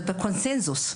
זה קונצנזוס,